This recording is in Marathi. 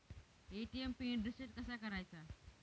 ए.टी.एम पिन रिसेट कसा करायचा?